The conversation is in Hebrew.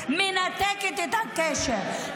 מנתקת את הקשר.